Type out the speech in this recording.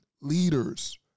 leaders